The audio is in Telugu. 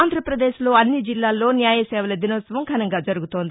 ఆంధ్రప్రదేశ్లో అన్ని జిల్లాల్లో న్యాయసేవల దినోత్సవం ఘనంగా జరుగుతోంది